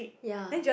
ya